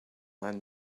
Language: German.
einen